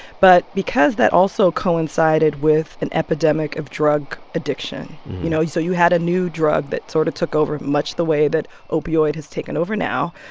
but because that also coincided with an epidemic of drug addiction you know? so you had a new drug that sort of took over, much the way that opioid has taken over now.